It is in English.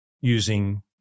using